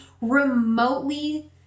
remotely